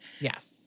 Yes